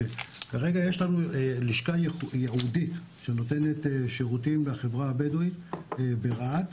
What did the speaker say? כרגע יש לנו לשכה ייעודית שנותנת שירותים בחברה הבדואית ברהט,